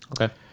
Okay